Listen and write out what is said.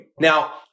Now